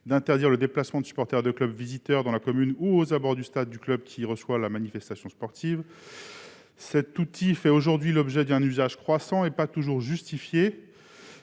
d'interdire le déplacement de supporters de clubs visiteurs dans la commune ou aux abords du stade du club recevant la manifestation sportive. Il donne lieu, aujourd'hui, à un usage croissant et pas toujours justifié-